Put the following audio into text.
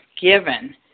given